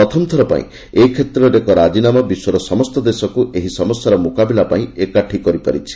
ପ୍ରଥମଥର ପାଇଁ ଏ କ୍ଷେତ୍ରରେ ଏକ ରାଜିନାମା ବିଶ୍ୱର ସମସ୍ତ ଦେଶକୁ ଏହି ସମସ୍ୟାର ମୁକାବିଲା ପାଇଁ ଏକାଠି କରିପାରିଛି